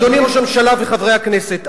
אדוני ראש הממשלה וחברי הכנסת,